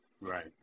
Right